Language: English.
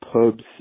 pubs